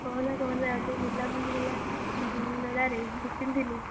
କହିନା କହନା ଯୋଉ ବୁଲାବୁଲି ହେଲା ମେଳାରେ ଦୁଇ ତିନିଦିନ